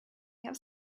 have